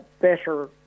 better